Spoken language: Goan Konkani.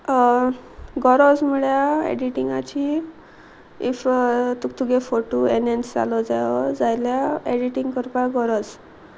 गरज म्हळ्यार एडिटींगाची इफ तु तुगे फोटो एननेन्स जालो जायो जाल्यार एडिटींग करपाक गरज